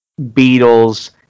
Beatles